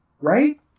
Right